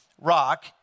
rock